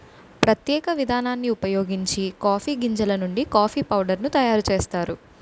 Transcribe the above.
ప్రత్యేక విధానాన్ని ఉపయోగించి కాఫీ గింజలు నుండి కాఫీ పౌడర్ ను తయారు చేస్తారు